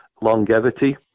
longevity